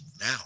now